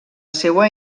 seua